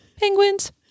Penguins